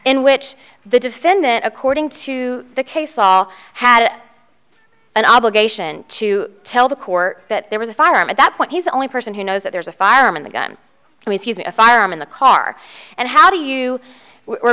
in which the defendant according to the case all had an obligation to tell the court that there was a firearm at that point he's the only person who knows that there's a firearm in the gun and he's a firearm in the car and how do you we're